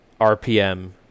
rpm